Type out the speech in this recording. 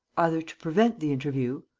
either to prevent the interview.